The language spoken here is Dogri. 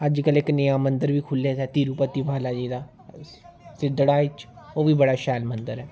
अज्जकल इक नया मंदिर बी खुले दा ऐ तिरुपति बाला जी दा सिदड़ा इच ओह् बी बड़ा शैल मंदिर ऐ